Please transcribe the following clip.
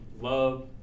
Love